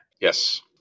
Yes